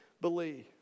believe